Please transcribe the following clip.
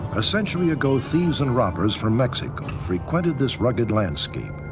a century ago, thieves and robbers from mexico frequented this rugged landscape,